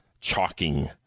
chalking